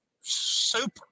super